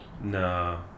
no